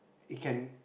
it can